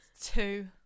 Two